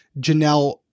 janelle